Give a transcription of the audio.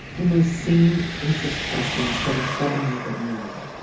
and those same anxious questions started bubbling up in amelia.